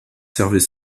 servait